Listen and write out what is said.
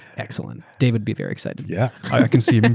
excellent. david be very excited. yeah. i can see but and